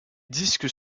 disques